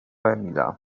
emila